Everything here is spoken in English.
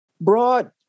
broad